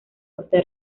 costa